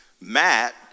Matt